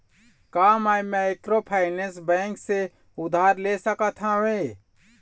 का मैं microfinance bank से उधार ले सकत हावे?